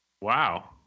wow